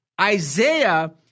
Isaiah